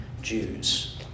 Jews